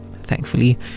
thankfully